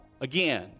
again